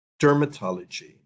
dermatology